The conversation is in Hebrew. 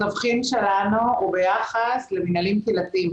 התבחין שלנו הוא ביחס למינהלים קהילתיים.